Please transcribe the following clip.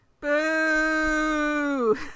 Boo